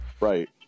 Right